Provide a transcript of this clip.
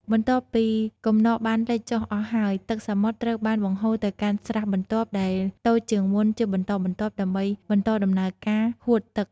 បន្ទាប់ពីកំណកបានលិចចុះអស់ហើយ ទឹកសមុទ្រត្រូវបានបង្ហូរទៅកាន់ស្រះបន្ទាប់ដែលតូចជាងមុនជាបន្តបន្ទាប់ដើម្បីបន្តដំណើរការហួតទឹក។